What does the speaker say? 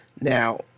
now